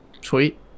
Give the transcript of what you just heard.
sweet